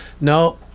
No